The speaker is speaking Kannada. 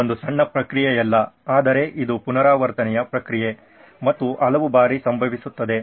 ಇದು ಒಂದು ಸಣ್ಣ ಪ್ರಕ್ರಿಯೆಯಲ್ಲ ಆದರೆ ಇದು ಪುನರಾವರ್ತನೆಯ ಪ್ರಕ್ರಿಯೆ ಮತ್ತು ಹಲವು ಬಾರಿ ಸಂಭವಿಸುತ್ತದೆ